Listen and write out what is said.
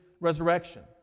resurrection